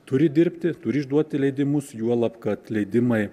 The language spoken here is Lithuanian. turi dirbti turi išduoti leidimus juolab kad leidimai